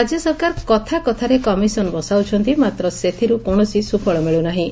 ରାଜ୍ୟ ସରକାର କଥା କଥାରେ କମିଶନ ବସାଉଛନ୍ତି ମାତ୍ର ସେଥିରୁ କୌଣସି ସୁଫଳ ମିଳୁନାହିଁ